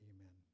Amen